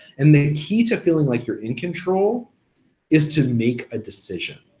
and the key to feeling like you're in control is to make a decision,